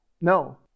No